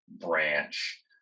branch